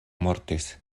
mortis